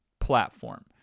platform